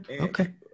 Okay